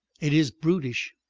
it is brutish,